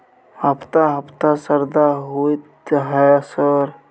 हफ्ता हफ्ता शरदा होतय है सर?